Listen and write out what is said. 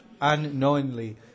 unknowingly